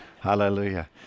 Hallelujah